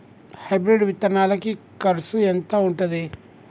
Hybrid విత్తనాలకి కరుసు ఎంత ఉంటది?